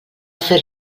fer